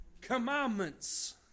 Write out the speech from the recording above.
commandments